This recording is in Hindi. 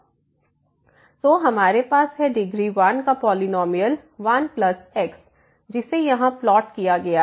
तो हमारे पास है डिग्री 1 का पॉलिनॉमियल 1x है जिसे यहाँ प्लॉट किया गया है